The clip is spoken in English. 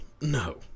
No